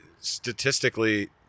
statistically